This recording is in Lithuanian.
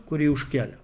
kuri už kelio